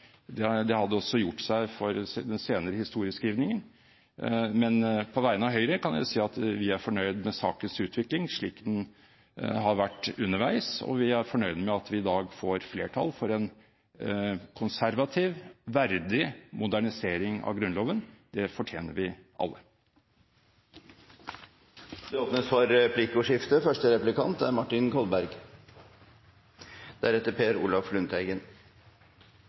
– det hadde også gjort seg for den senere historieskrivningen. Men på vegne av Høyre kan jeg si at vi er fornøyd med sakens utvikling slik den har vært underveis, og vi er fornøyd med at vi i dag får flertall for en konservativ, verdig modernisering av Grunnloven. Det fortjener vi alle. Det blir replikkordskifte. I det offentlige ordskifte rundt denne dagen merker jeg meg at uttrykket «verdig» blir brukt ganske ofte. Det er